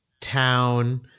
Town